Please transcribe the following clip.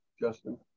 Justin